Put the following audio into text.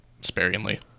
Sparingly